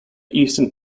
eastern